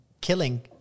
killing